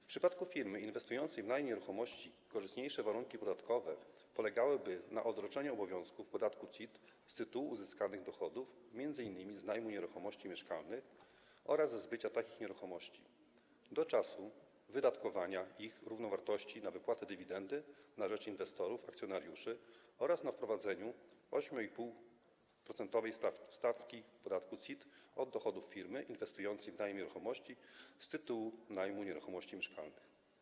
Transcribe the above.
W przypadku firmy inwestującej w najem nieruchomości korzystniejsze warunki podatkowe polegałyby na odroczeniu obowiązku w podatku CIT z tytułu uzyskanych dochodów m.in. z najmu nieruchomości mieszkalnych oraz ze zbycia takich nieruchomości do czasu wydatkowania ich równowartości na wypłatę dywidendy na rzecz inwestorów, akcjonariuszy oraz na wprowadzeniu 8,5-procentowej stawki podatku CIT od dochodów firmy inwestującej w najem nieruchomości z tytułu najmu nieruchomości mieszkalnych.